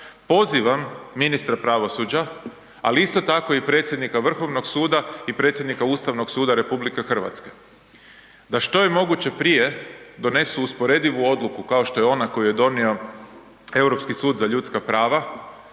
Pozivam ministra pravosuđa, ali isto tako i predsjednika Vrhovnog suda i predsjednika Ustavnog suda RH da što je moguće prije donesu usporedivu odluku kao što je ona koju je donio Europski sud za ljudska prava